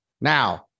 Now